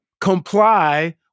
comply